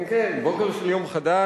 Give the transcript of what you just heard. כן, כן, בוקר של יום חדש.